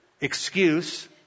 excuse